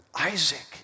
Isaac